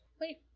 Wait